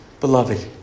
beloved